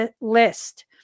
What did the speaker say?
list